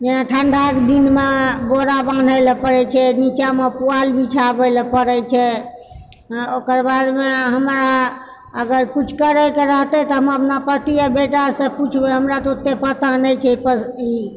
जेना ठन्डाके दिनमे बोरा बान्है लए पड़ै छै निचाँमे पुआल बिछाबै लए पड़ै छै ओकर बादमे हमरा अगर किछु करैके रहते तऽ हम अपना पति या बेटासँ पुछबै हमरा तऽ ओते पता नहि छै प ई